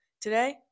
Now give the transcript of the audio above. Today